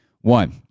One